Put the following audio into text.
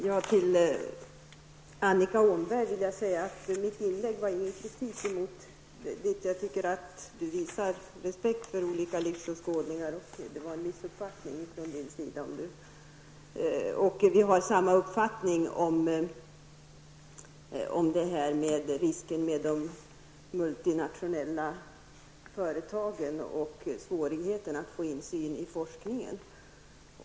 Herr talman! Först vill jag säga att mitt inlägg inte innebar någon kritik mot Annika Åhnberg. Tvärtom tycker jag att Annika Åhnberg visar respekt för människor med en annan livsåskådning. Om Annika Åhnberg har fått en annan uppfattning, rör det sig om ett missförstånd. Vi har samma uppfattning om riskerna beträffande de multinationella företagen och svårigheterna att få insyn i forskningen.